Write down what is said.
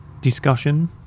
discussion